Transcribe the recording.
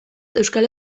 euskal